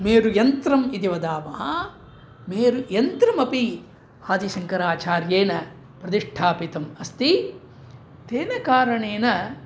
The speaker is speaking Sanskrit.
मेरुयन्त्रम् इति वदामः मेरुयन्त्रमपि आदिशङ्कराचार्येण प्रतिष्ठापितम् अस्ति तेन कारणेन